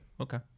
okay